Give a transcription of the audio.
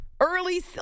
early